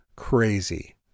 crazy